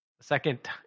second